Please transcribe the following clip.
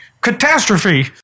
catastrophe